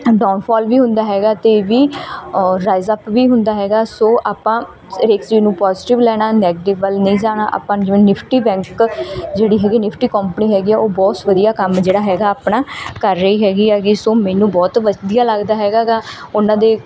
downfall ਵੀ ਹੁੰਦਾ ਹੈਗਾ ਅਤੇ ਵੀ ਰਾਈਜ਼ ਅਪ ਵੀ ਹੁੰਦਾ ਹੈਗਾ ਸੋ ਆਪਾਂ ਹਰੇਕ ਚੀਜ਼ ਨੂੰ ਪੋਜ਼ਟਿਵ ਲੈਣਾ ਨੈਗਟਿਵ ਵੱਲ ਨਹੀਂ ਜਾਣਾ ਆਪਾਂ ਜਿਵੇਂ ਨਿਫਟੀ ਬੈਂਕ ਜਿਹੜੀ ਹੈਗੀ ਨਿਫਟੀ ਕੋਪਨੀ ਹੈਗੀ ਆ ਉਹ ਬਹੁਤ ਵਧੀਆ ਕੰਮ ਜਿਹੜਾ ਹੈਗਾ ਆਪਣਾ ਕਰ ਰਹੀ ਹੈੈਗੀ ਹੈਗੀ ਸੋ ਮੈਨੂੰ ਬਹੁਤ ਵਧੀਆ ਲੱਗਦਾ ਹੈਗਾ ਗਾ ਉਹਨਾਂ ਦੇ